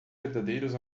verdadeiros